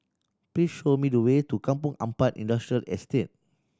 please show me the way to Kampong Ampat Industrial Estate